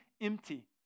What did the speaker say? empty